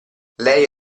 lei